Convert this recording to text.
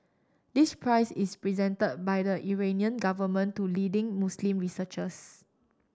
this prize is present by the Iranian government to leading Muslim researchers